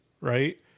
Right